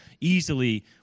easily